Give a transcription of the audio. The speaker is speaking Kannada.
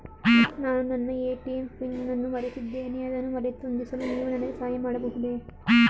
ನಾನು ನನ್ನ ಎ.ಟಿ.ಎಂ ಪಿನ್ ಅನ್ನು ಮರೆತಿದ್ದೇನೆ ಅದನ್ನು ಮರುಹೊಂದಿಸಲು ನೀವು ನನಗೆ ಸಹಾಯ ಮಾಡಬಹುದೇ?